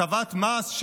הטבת מס.